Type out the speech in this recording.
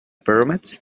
pyramids